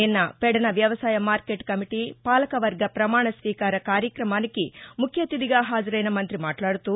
నిన్న పెడన వ్యవసాయ market committee పాలకవర్గ ప్రమాణస్వీకార కార్యక్రమానికి ముఖ్య అతిథిగా హాజరైన మంత్రి మాట్లాడుతూ